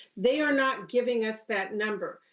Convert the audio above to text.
they are not giving us that number.